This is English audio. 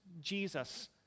Jesus